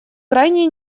крайне